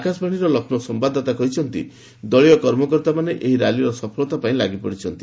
ଆକାଶବାଣୀର ଲକ୍ଷ୍ନୌ ସମ୍ଭାଦଦାତା କହିଛନ୍ତି ଦଳୀୟ କର୍ମକର୍ତ୍ତମାନେ ଏହି ର୍ୟାଲିର ସଫଳତା ପାଇଁ ଲାଗିପଡ଼ିଛନ୍ତି